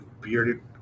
bearded